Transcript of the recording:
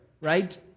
right